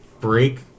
break